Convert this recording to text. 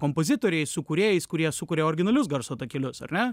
kompozitoriais su kūrėjais kurie sukuria originalius garso takelius ar ne